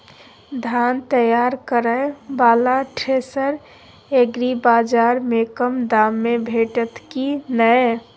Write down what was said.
धान तैयार करय वाला थ्रेसर एग्रीबाजार में कम दाम में भेटत की नय?